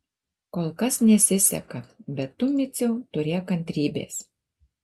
kol kas nesiseka bet tu miciau turėk kantrybės